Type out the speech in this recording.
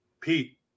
Pete